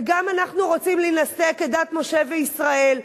וגם אנחנו רוצים להינשא כדת משה וישראל,